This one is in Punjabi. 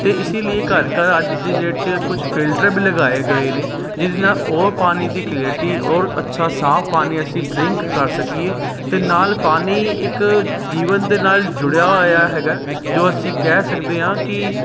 ਅਤੇ ਇਸ ਲਈ ਘਰ ਘਰ ਅੱਜ ਦੀ ਡੇਟ 'ਚ ਕੁਝ ਫਿਲਟਰ ਵੀ ਲਗਾਏ ਗਏ ਨੇ ਜਿਹਦੇ ਨਾਲ ਉਹ ਪਾਣੀ ਦੀ ਕਲੈਰਟੀ ਔਰ ਅੱਛਾ ਸਾਫ ਪਾਣੀ ਅਸੀਂ ਡਰਿੰਕ ਕਰ ਸਕੀਏ ਅਤੇ ਨਾਲ ਪਾਣੀ ਇੱਕ ਜੀਵਨ ਦੇ ਨਾਲ ਜੁੜਿਆ ਹੋਇਆ ਹੈਗਾ ਜੋ ਅਸੀਂ ਕਹਿ ਸਕਦੇ ਹਾਂ ਕਿ